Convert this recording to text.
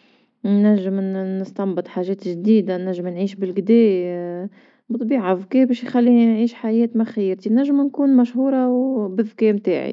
نجم ن- نستنبط حاجات جديدة نجم نعيش بلقدا بطبيعة ذكا باش يخليني نعيش حياة ما خيرتي نجم نكون مشهورة بذكاء متاعي.